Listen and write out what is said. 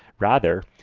rather,